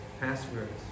passwords